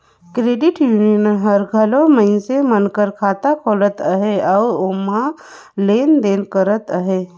credit union हर घलो मइनसे मन कर खाता खोलत अहे अउ ओम्हां लेन देन करत अहे